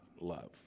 love